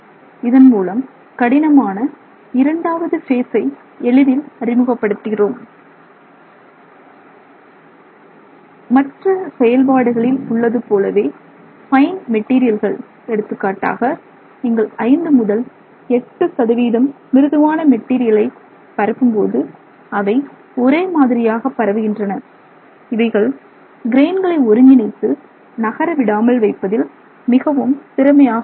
இதன் மூலம் கடினமான இரண்டாவது பேசை எளிதில் அறிமுகப்படுத்துகிறோம் மற்ற செயல்பாடுகளில் உள்ளது போலவே பைன் மெட்டீரியல்கள் எடுத்துக்காட்டாக நீங்கள் 5 முதல் 8 மிருதுவான மெட்டீரியலை பரப்பும்போது அவை ஒரே மாதிரியாக பரவுகின்றன இவைகள் கிரெயின்களை ஒருங்கிணைத்து நகர விடாமல் வைப்பதில் மிகவும் திறமையாக உள்ளன